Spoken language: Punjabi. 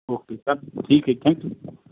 ਓਕੇ ਠੀਕ ਹੈ ਜੀ ਥੈਂਕ ਯੂ